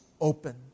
open